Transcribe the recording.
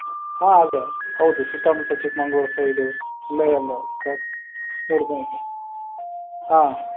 ಹಾಂ ಅದೆ ಹೌದು ಸುತ್ತಮುತ್ತ ಚಿಕ್ಕಮಗ್ಳೂರ್ ಸೈಡ ಅಲ್ಲೇ ಎಲ್ಲ ನೋಡ್ತಾ ಇದ್ದೆ ಹಾಂ